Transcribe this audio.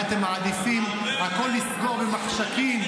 מה, אתם מעדיפים לסגור הכול במחשכים?